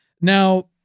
now